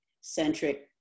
centric